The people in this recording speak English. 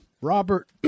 Robert